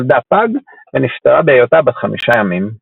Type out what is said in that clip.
נולדה פג ונפטרה בהיותה בת חמישה ימים.